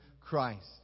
Christ